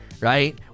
right